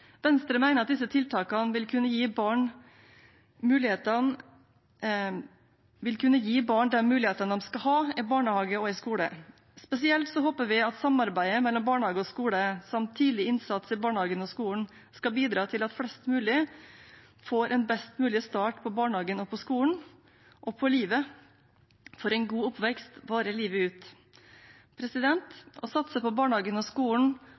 Venstre mener at disse tiltakene vil kunne gi barn de mulighetene de skal ha i barnehage og i skole. Spesielt håper vi at samarbeidet mellom barnehage og skole, samt tidlig innsats i barnehagen og skolen, skal bidra til at flest mulig får en best mulig start i barnehagen og på skolen – og på livet – for en god oppvekst varer livet ut. Å satse på barnehagen og skolen